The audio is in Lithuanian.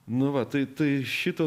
nu va tai tai šito